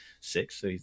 six